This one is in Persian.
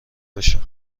بشو